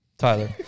Tyler